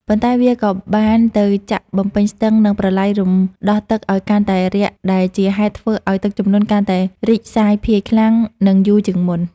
ប៉ុន្តែវាក៏បានទៅចាក់បំពេញស្ទឹង និងប្រឡាយរំដោះទឹកឱ្យកាន់តែរាក់ ដែលជាហេតុធ្វើឱ្យទឹកជំនន់កាន់តែរីកសាយភាយខ្លាំង និងយូរជាងមុន។